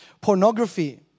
Pornography